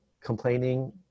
complaining